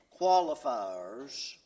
qualifiers